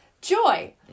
Joy